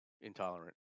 intolerant